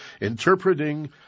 Interpreting